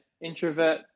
introvert